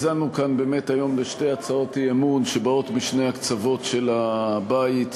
האזנו כאן היום לשתי הצעות אי-אמון שבאות משני הקצוות של הבית,